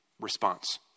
response